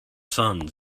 son